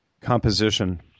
Composition